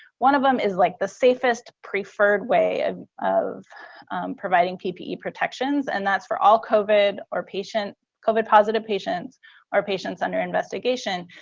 one of them is like the safest preferred way ah of providing ppe protections and that's for all covid or covid positive patients or patients under investigation.